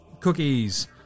Cookies